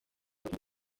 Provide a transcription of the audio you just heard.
minsi